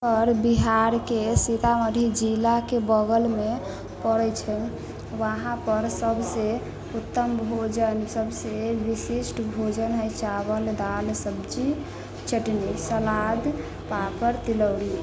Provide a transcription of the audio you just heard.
आओर बिहारके सीतामढ़ी जिलाके बगलमे पड़ै छै वहाँपर सबसँ उत्तम भोजन सबसँ विशिष्ट भोजन हइ चावल दाल सब्जी चटनी सलाद पापड़ तिलौरी